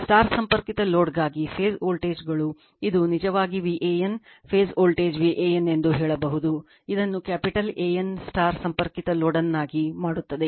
Star ಸಂಪರ್ಕಿತ ಲೋಡ್ಗಾಗಿ phase ವೋಲ್ಟೇಜ್ಗಳು ಇದು ನಿಜವಾಗಿ VAN ಫೇಸ್ ವೋಲ್ಟೇಜ್ VAN ಎಂದು ಹೇಳಬಹುದು ಇದನ್ನು ಕ್ಯಾಪಿಟಲ್ AN ಸ್ಟಾರ್ ಸಂಪರ್ಕಿತ ಲೋಡ್ನನ್ನಾಗಿ ಮಾಡುತ್ತದೆ